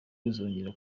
uzongera